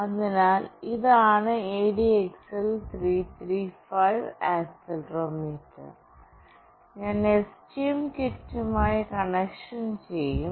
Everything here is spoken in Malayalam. അതിനാൽ ഇതാണ് ADXL 335 ആക്സിലറോമീറ്റർ ഞാൻ STM കിറ്റുമായി കണക്ഷൻ ചെയ്യും